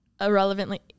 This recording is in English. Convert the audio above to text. Irrelevantly